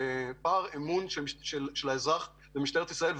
פער אמון של של האזרח במשטרת ישראל.